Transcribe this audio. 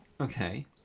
Okay